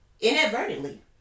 inadvertently